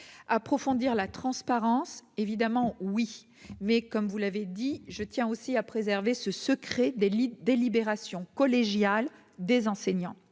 approfondir la transparence évidemment oui, mais comme vous l'avez dit, je tiens aussi à préserver ce secret des lits délibération collégiale des enseignants,